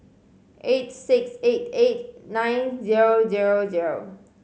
eight six eight eight nine zero zero zero